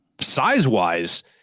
size-wise